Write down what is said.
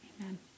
Amen